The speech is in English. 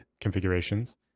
configurations